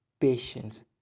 patience